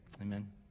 Amen